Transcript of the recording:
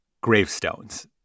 gravestones